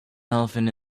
elephant